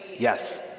Yes